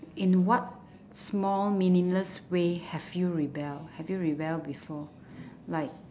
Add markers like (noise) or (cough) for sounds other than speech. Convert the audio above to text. in what small meaningless way have you rebel have you rebel before (breath) like